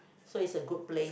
so it's a good place